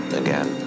again